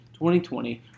2020